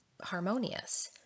harmonious